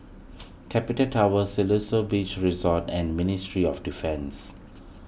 Capital Tower Siloso Beach Resort and Ministry of Defence